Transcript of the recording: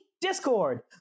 Discord